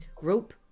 rope